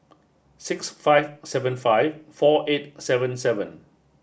six five seven five four eight seven seven